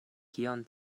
kion